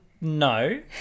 no